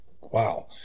wow